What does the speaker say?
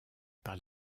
par